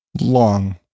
long